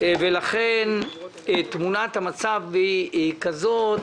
לכן תמונת המצב היא זאת,